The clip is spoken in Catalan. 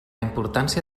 importància